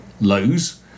lows